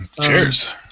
Cheers